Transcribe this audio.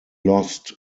lost